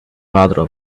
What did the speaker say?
father